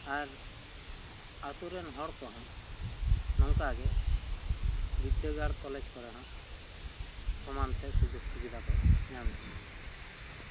ᱟᱨ ᱟᱛᱳ ᱨᱮᱱ ᱦᱚᱲ ᱠᱚᱦᱚᱸ ᱱᱚᱝᱠᱟ ᱜᱮ ᱵᱤᱨᱫᱟᱹᱜᱟᱲ ᱠᱚᱞᱮᱡᱽ ᱠᱚᱨᱮ ᱦᱚᱸ ᱥᱚᱢᱟᱱ ᱛᱮ ᱥᱩᱡᱚᱜᱽ ᱥᱩᱵᱤᱫᱷᱟ ᱦᱚᱸᱠᱚ ᱧᱟᱢᱮᱫ ᱜᱮᱭᱟ